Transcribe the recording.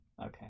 Okay